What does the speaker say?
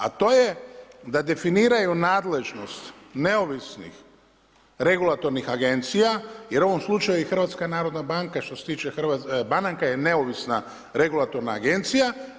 A to je da definiraju nadležnost neovisnih regulatornih agencija jer u ovom slučaju i HNB što se tiče banaka je neovisna regulatorna agencija.